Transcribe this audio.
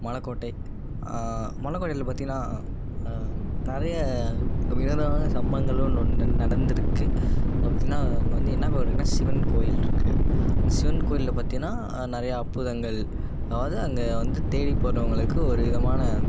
மலைக்கோட்டை மலைக்கோட்டையில பார்த்திங்கனா நிறைய வினோதமான சம்பவங்களும் நடந்திருக்குது அது பார்த்திங்கனா இங்கே வந்து என்ன கோவில் இருக்குதுன்னா சிவன் கோவில் இருக்குது அந்த சிவன் கோவில்ல பார்த்திங்கனா நிறையா அற்புதங்கள் அதாவது அங்கே வந்து தேடி போகிறவங்களுக்கு ஒரு விதமான